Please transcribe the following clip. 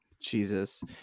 jesus